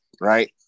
right